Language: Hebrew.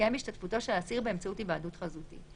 יתקיים בהשתתפותו של האסיר באמצעות היוועדות חזותית,